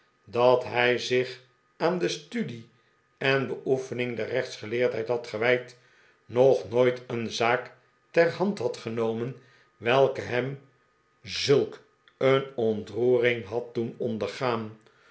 dat hij zich aan de studie en beoefening der rechtsgeleerdheid had gewijd nog nooit een zaak ter hand had genomen welke hem zulk een ontroering had doen ondergaan